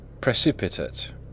Precipitate